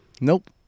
Nope